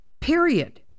Period